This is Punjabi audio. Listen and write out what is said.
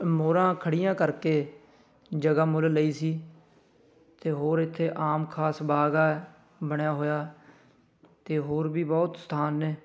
ਮੋਹਰਾਂ ਖੜੀਆਂ ਕਰਕੇ ਜਗ੍ਹਾ ਮੁੱਲ ਲਈ ਸੀ ਅਤੇ ਹੋਰ ਇੱਥੇ ਆਮ ਖਾਸ ਬਾਗ ਹੈ ਬਣਿਆ ਹੋਇਆ ਅਤੇ ਹੋਰ ਵੀ ਬਹੁਤ ਸਥਾਨ ਨੇ